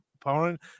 opponent